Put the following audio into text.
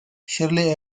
shirley